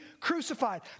crucified